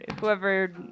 whoever